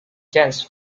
dense